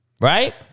right